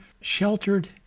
sheltered